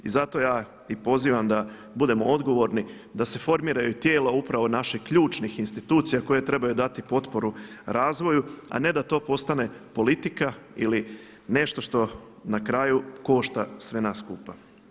I zato ja i pozivam da budemo odgovorni, da se formiraju tijela upravo naših ključnih institucija koje trebaju dati potporu razvoju, a ne da to postane politika ili nešto što na kraju košta sve nas skupa.